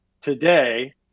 today